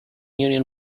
union